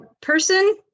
person